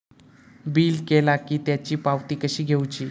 Bill केला की त्याची पावती कशी घेऊची?